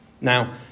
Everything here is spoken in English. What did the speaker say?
Now